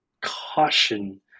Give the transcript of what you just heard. caution